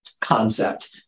concept